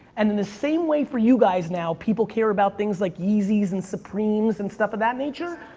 and then, the same way for you guys now, people care about things like yeezys and supremes and stuff of that nature.